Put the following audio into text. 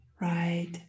right